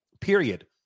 Period